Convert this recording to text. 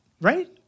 Right